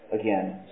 again